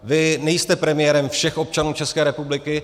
Vy nejste premiérem všech občanů České republiky.